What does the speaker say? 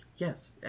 Yes